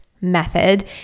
method